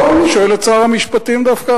לא, אני שואל את שר המשפטים דווקא,